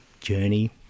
journey